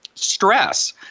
Stress